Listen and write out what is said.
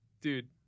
dude